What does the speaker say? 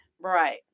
Right